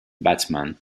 batsman